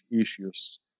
issues